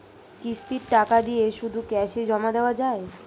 কিস্তির টাকা দিয়ে শুধু ক্যাসে জমা দেওয়া যায়?